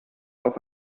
auf